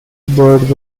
bird